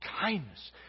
kindness